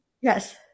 Yes